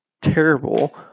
terrible